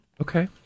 Okay